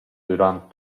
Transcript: dürant